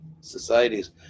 societies